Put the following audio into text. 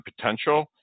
potential